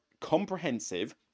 comprehensive